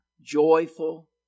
joyful